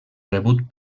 rebut